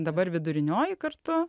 dabar vidurinioji kartu